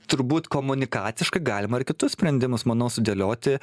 turbūt komunikaciškai galima ir kitus sprendimus manau sudėlioti